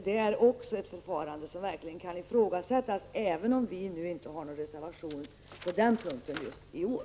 Det är ett förfarande som verkligen kan ifrågasättas, även om vi inte har någon reservation på den punkten just i år.